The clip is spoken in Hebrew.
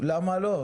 למה לא?